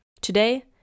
Today